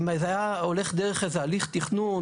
אם זה היה הולך דרך איזה הליך תכנון,